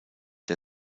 der